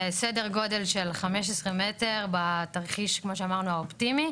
סדר גודל של 15 מטר בתרחיש כמו שאמרנו האופטימי,